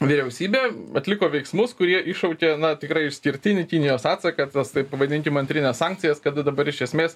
vyriausybė atliko veiksmus kurie iššaukė na tikrai išskirtinį kinijos atsaką tas taip pavadinkim antrines sankcijas kada dabar iš esmės